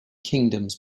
kingdoms